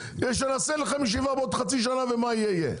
שנעשה לכם ישיבה בעוד חצי שנה ומה יהיה יהיה?